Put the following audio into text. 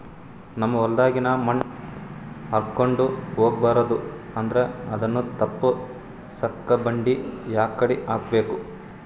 ನಮ್ ಹೊಲದಾಗಿನ ಮಣ್ ಹಾರ್ಕೊಂಡು ಹೋಗಬಾರದು ಅಂದ್ರ ಅದನ್ನ ತಪ್ಪುಸಕ್ಕ ಬಂಡಿ ಯಾಕಡಿ ಹಾಕಬೇಕು?